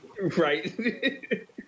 Right